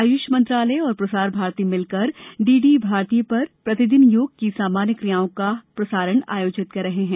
आयुष मंत्रालय और प्रसार भारती मिलकर डीडी भारतीय पर प्रतिदिन योग की सामान्य क्रियाओं का प्रतिदिन प्रसारण आयोजित कर रहे हैं